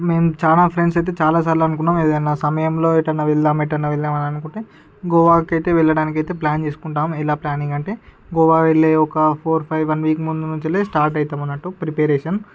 మేము చాలా ఫ్రెండ్స్ అయితే చాలా సార్లు అనుకున్నాం ఏదైనా సమయంలో ఎటన్న వెళదాం ఎటన్న వెళదాం అనుకుంటే గోవాకు అయితే వెళ్ళడానికి ప్లాన్ చేసుకుంటాం ఎలా ప్లానింగ్ అంటే గోవా వెళ్లే ఒక ఫోర్ ఫైవ్ వన్ వీక్ ముందు నుంచే స్టార్ట్ అయితామన్నట్లు ప్రేపరషన్